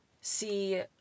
see